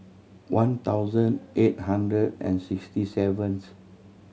one thousand eight hundred and sixty seventh